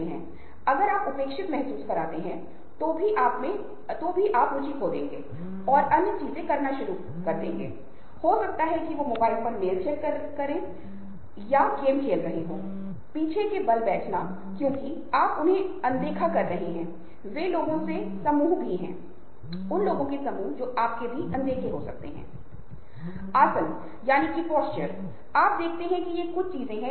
तो अगर आप भी इस आरेख को देख रहे हैं तो इससे हमें यह अंदाजा होता है कि आप बहुत अच्छे नेटवर्क वाले व्यक्ति हैं क्योंकि आपके मित्र हैं यहाँ तक कि एक के भी पाँच मित्र हैं लेकिन कुछ अन्य के इतने मित्र नहीं हैं